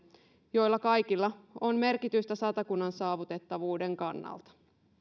joilla kaikilla on merkitystä satakunnan saavutettavuuden kannalta